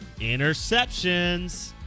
interceptions